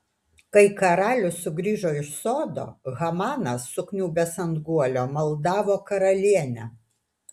kai karalius sugrįžo iš sodo hamanas sukniubęs ant guolio maldavo karalienę